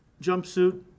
jumpsuit